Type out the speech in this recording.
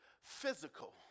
physical